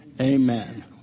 Amen